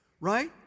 Right